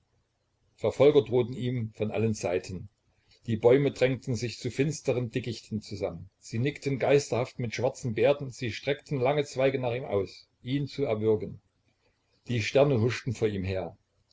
verfolger drohten ihm von allen seiten die bäume drängten sich zu finsteren dickichten zusammen sie nickten geisterhaft mit schwarzen bärten sie streckten lange zweige nach ihm aus ihn zu erwürgen die sterne huschten vor ihm her